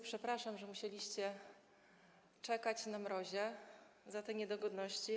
Przepraszam za to, że musieliście czekać na mrozie, za te niedogodności.